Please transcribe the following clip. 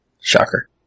Shocker